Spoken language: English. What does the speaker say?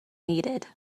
needed